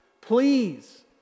please